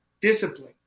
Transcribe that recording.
discipline